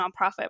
nonprofit